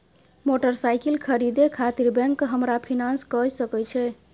Motorcycle खरीदे खातिर bank हमरा फिनांस कय सके छै?